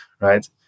right